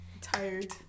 Tired